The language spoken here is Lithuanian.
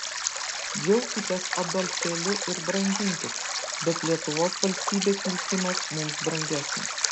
džiaukitės adolfėliu ir branginkit bet lietuvos valstybės likimas mums brangesnis